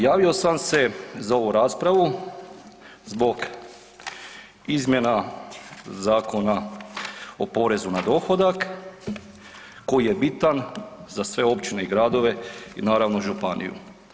Javio sam se za ovu raspravu zbog izmjena Zakona o porezu na dohodak koji je bitan za sve općine i gradove i naravno županiju.